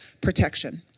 protection